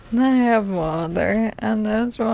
have water and a